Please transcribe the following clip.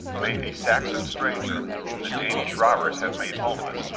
may a saxon stranger, whom the danish robbers have made homeless,